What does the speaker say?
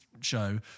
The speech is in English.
show